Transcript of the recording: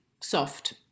soft